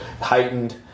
heightened